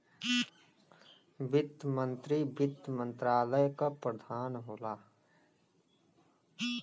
वित्त मंत्री वित्त मंत्रालय क प्रधान होला